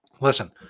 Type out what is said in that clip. Listen